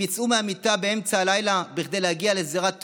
הם יצאו מהמיטה באמצע הלילה כדי להגיע לזירת תאונה,